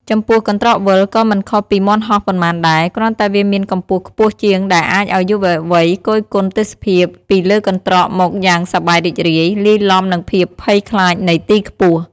ចំពោះ កន្រ្តកវិល ក៏មិនខុសពីមាន់ហោះប៉ុន្មានដែរ គ្រាន់តែវាមានកម្ពស់ខ្ពស់ជាងដែលអាចឲ្យយុវវ័យគយគន់ទេសភាពពីលើកន្រ្តកមកយ៉ាងសប្បាយរីករាយ លាយលំនិងភាពភ័យខ្លាចនៃទីខ្ពស់។